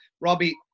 Robbie